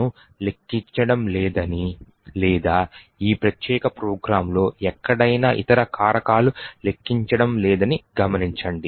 ను లెక్కించడం లేదని లేదా ఈ ప్రత్యేక ప్రోగ్రామ్లో ఎక్కడైనా ఇతర కారకాలు లెక్కించడం లేదని గమనించండి